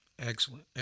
excellent